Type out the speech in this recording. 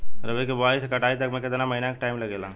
रबी के बोआइ से कटाई तक मे केतना महिना के टाइम लागेला?